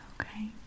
Okay